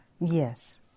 Yes